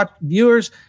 viewers